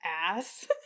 ass